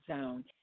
zone